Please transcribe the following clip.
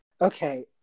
Okay